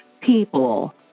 people